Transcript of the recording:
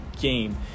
game